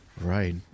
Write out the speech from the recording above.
Right